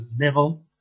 level